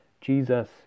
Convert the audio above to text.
Jesus